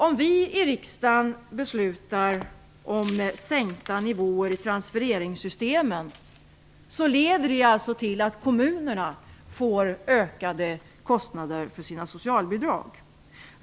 Om vi i riksdagen beslutar om sänkta nivåer i transfereringssystemen leder det alltså till att kommunerna får ökade kostnader för sina socialbidrag.